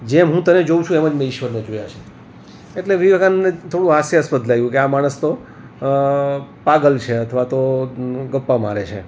જેમ હું તને જોઉ છું એમ જ મેં ઈશ્વરને જોયા છે એટલે વિવેકાનંદને થોડું હાસ્યાસ્પદ લાગ્યું કે આ માણસ તો પાગલ છે અથવા તો ગપ્પાં મારે છે